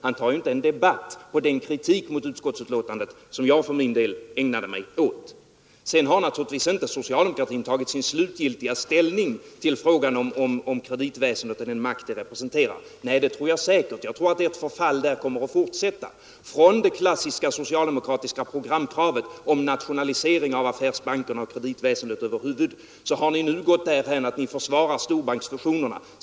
Han tar inte en debatt om den kritik av betänkandet som jag ägnade mig åt. Sedan har socialdemokratin naturligtvis inte tagit sin slutgiltiga ställning till frågan om kreditväsendet och den makt detta representerar. Det tror jag säkert. Jag tror att det är ett förfall som kommer att fortsätta. Från det klassiska socialdemokratiska programkravet om nationalisering av affärsbanker och kreditväsendet över huvud taget har ni nu gått därhän att ni försvarar storbanksfusionerna.